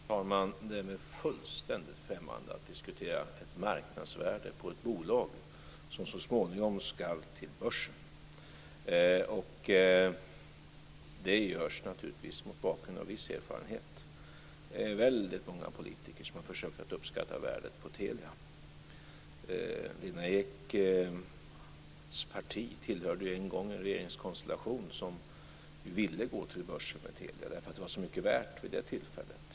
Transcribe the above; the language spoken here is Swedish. Fru talman! Det är mig fullständigt främmande att diskutera ett marknadsvärde på ett bolag som så småningom ska till börsen. Det görs naturligtvis mot bakgrund av viss erfarenhet. Det är väldigt många politiker som har försökt uppskatta värdet på Telia. Lena Eks parti tillhörde ju en gång en regeringskonstellation som ville gå till börsen med Telia därför att det var så mycket värt vid det tillfället.